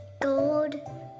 gold